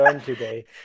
today